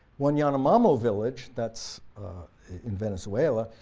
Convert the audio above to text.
one yanomamo village, that's in venezuela,